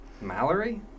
Mallory